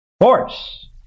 force